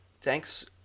Thanks